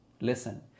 listen